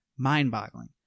mind-boggling